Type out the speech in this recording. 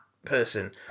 Person